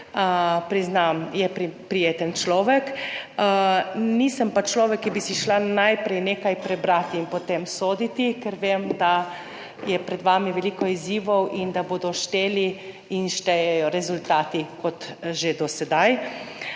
Priznam, je prijeten človek, nisem pa človek, ki bi si šla najprej nekaj prebrati in potem soditi, ker vem, da je pred vami veliko izzivov in da bodo šteli in štejejo rezultati kot že do sedaj.